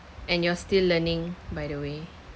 and you are still learning by the way